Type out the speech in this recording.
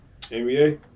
NBA